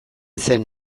zen